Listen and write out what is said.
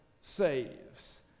saves